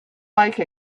like